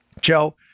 Joe